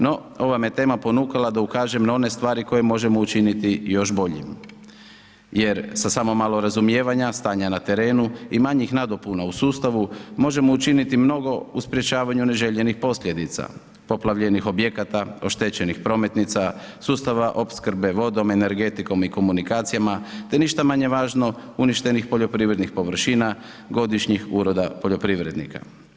No ova me tema ponukala da ukažem na one stvari koje možemo učiniti još boljim jer sa samo malo razumijevanja, stanja na terenu i manjih nadopuna u sustavu, možemo učiniti mnogo u sprječavanju neželjenih posljedica, poplavljenih objekata, oštećenih prometnica, sustava opskrbe vodom, energetikom i komunikacijama te ništa manje važno, uništenih poljoprivrednih površina, godišnjih uroda poljoprivrednika.